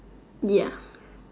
ya